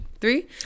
three